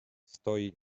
stoi